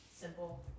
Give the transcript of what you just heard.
simple